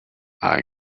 are